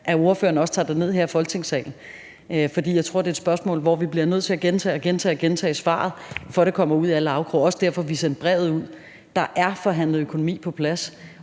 at ordføreren også tager det her ned i Folketingssalen. For jeg tror, det er et spørgsmål, hvor vi bliver nødt til at gentage og gentage svaret, for at det kommer ud i alle afkroge, og det var også derfor, vi sendte brevet ud. Der er forhandlet økonomi på plads,